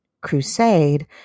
crusade